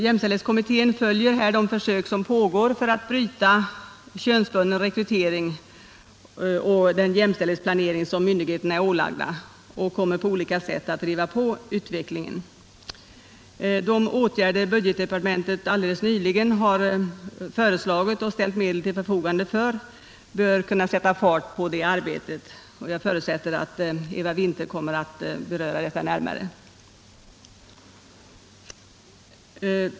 Jämställdhetskommittén följer de försök som pågår för att bryta könsbunden rekrytering och den jämställdhetsplanering som myndigheterna har ålagts. Kommittén kommer att på olika sätt driva på utvecklingen. De åtgärder som budgetdepartementet helt nyligen har föreslagit och ställt medel till förfogande för bör kunna sätta fart på det arbetet. Jag förutsätter att Eva Winther kommer att beröra detta närmare.